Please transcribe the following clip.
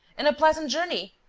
and a pleasant journey!